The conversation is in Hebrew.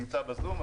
נמצא בזום,